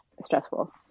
stressful